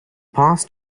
past